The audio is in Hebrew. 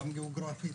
גם גיאוגרפית,